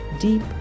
deep